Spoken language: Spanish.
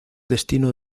destino